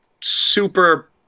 super